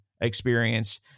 experience